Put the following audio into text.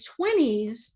20s